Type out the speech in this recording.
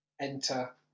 Enter